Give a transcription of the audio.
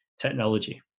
technology